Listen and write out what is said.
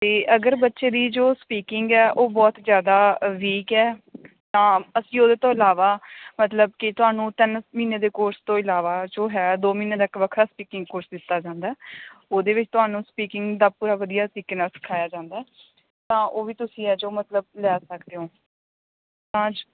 ਅਤੇ ਅਗਰ ਬੱਚੇ ਦੀ ਜੋ ਸਪੀਕਿੰਗ ਹੈ ਉਹ ਬਹੁਤ ਜ਼ਿਆਦਾ ਵੀਕ ਹੈ ਤਾਂ ਅਸੀਂ ਉਹਦੇ ਤੋਂ ਇਲਾਵਾ ਮਤਲਬ ਕਿ ਤੁਹਾਨੂੰ ਤਿੰਨ ਮਹੀਨੇ ਦੇ ਕੋਰਸ ਤੋਂ ਇਲਾਵਾ ਜੋ ਹੈ ਦੋ ਮਹੀਨੇ ਦਾ ਇੱਕ ਵੱਖਰਾ ਸਪੀਕਿੰਗ ਕੋਰਸ ਦਿੱਤਾ ਜਾਂਦਾ ਉਹਦੇ ਵਿੱਚ ਤੁਹਾਨੂੰ ਸਪੀਕਿੰਗ ਦਾ ਪੂਰਾ ਵਧੀਆ ਤਰੀਕੇ ਨਾਲ ਸਿਖਾਇਆ ਜਾਂਦਾ ਤਾਂ ਉਹ ਵੀ ਤੁਸੀਂ ਹੈ ਜੋ ਮਤਲਬ ਲੈ ਸਕਦੇ ਹੋ